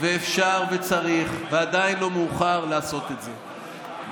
אפשר וצריך ועדיין לא מאוחר לעשות את זה.